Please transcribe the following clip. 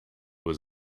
was